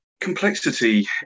Complexity